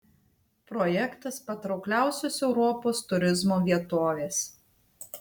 projektas patraukliausios europos turizmo vietovės